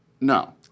No